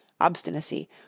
Obstinacy